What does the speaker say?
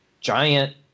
giant